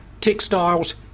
textiles